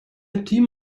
team